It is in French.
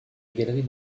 galerie